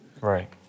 Right